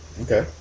okay